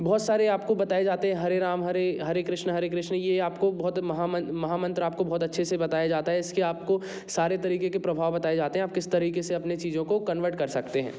बहुत सारे आपको बताए जाते हैं हरे राम हरे हरे कृष्णा हरे कृष्णा ये आपको बहुत महामंत्र आपको बहुत अच्छे से बताया जाता है इसकी आपके सारे तरीके के प्रभाव बताए जाते हैं आप किस तरीके से अपनी चीज़ों को कन्वर्ट कर सकते हैं